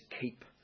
keep